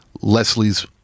Leslie's